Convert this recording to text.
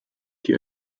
die